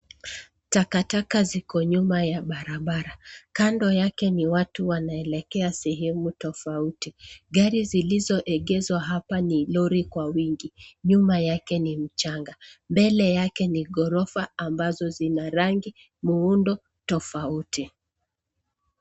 Takataka ziko nyuma ya barabara. Kando yake ni watu wanaelekea sehemu tofauti. Gari zilizoegezwa hapa ni lori kwa wingi. Nyuma yake ni mchanga. Mbele yake ni ghorofa ambazo zina rangi muundo tofauti.